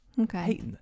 Okay